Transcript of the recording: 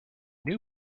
new